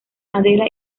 madera